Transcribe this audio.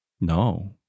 No